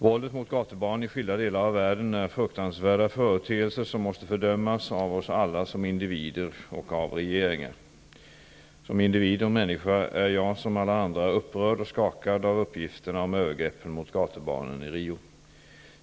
Våldet mot gatubarn i skilda delar av världen är fruktansvärda företeelser som måste fördömas av oss alla som individer och av regeringar. Som individ och människa är jag som alla andra upprörd och skakad av uppgifterna om övergreppen mot gatubarnen i Rio.